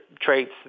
traits